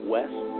West